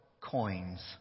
coins